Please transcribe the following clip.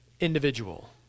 individual